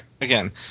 again